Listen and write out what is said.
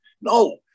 no